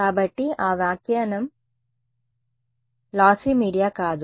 కాబట్టి ఆ వ్యాఖ్యానం లాస్సి మీడియా కాదు